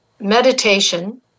meditation